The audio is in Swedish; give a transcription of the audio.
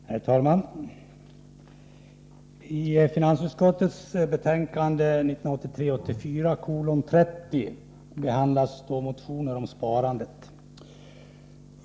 Herr talman! I finansutskottets betänkande 1983/84:30 behandlas flera motioner om sparande.